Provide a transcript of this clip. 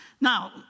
Now